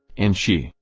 and she,